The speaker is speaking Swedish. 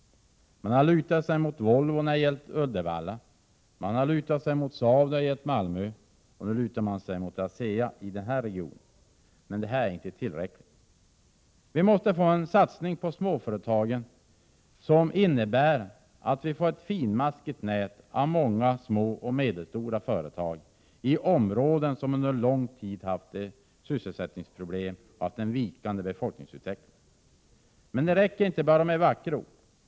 Man lutade sig mot Volvo i Uddevalla, man lutade sig mot Saab i Malmö, och nu lutar man sig mot ASEA i den nu aktuella regionen. Men det är inte tillräckligt. Vi måste få en satsning på småföretagen som innebär att vi får ett finmaskigt nät av många små och medelstora företag i områden som under en lång tid haft sysselsättningsproblem och en vikande befolkningsutveckling. Men det räcker inte med enbart vackra ord.